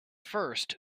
first